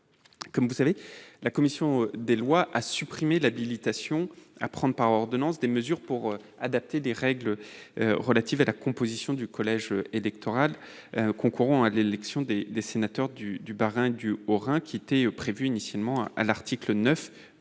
des lois. La commission des lois a supprimé l'habilitation du Gouvernement à prendre par ordonnance des mesures pour adapter les règles relatives à la composition du collège électoral concourant à l'élection des sénateurs du Bas-Rhin et du Haut-Rhin qui était prévue à l'article 9